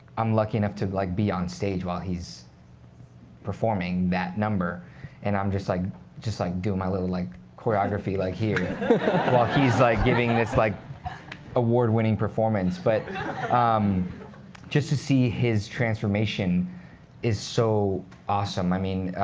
i'm lucky enough to like be onstage while he's performing that number and i'm just like just like doing my little like choreography like here while he's like giving this like award-winning performance. but um just to see his transformation is so awesome. i mean,